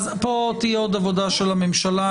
פה עוד תהיה עבודה של הממשלה.